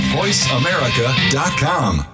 voiceamerica.com